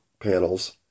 panels